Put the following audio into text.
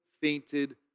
fainted